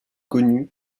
connu